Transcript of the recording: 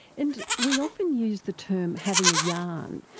and we often use the term having a yarn,